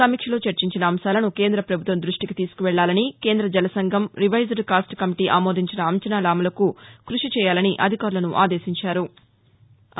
సమీక్షలో చర్చించిన అంశాలను కేంద్ర ప్రభుత్వం రృష్టికి తీసుకెళ్లాలని కేంద్ర జల సంఘం రివైజ్డ్ కాస్ట్ కమిటీ ఆమోదించిన అంచనాల అమలుకు కృషి చేయాలని అధికారులను ఆదేశించారు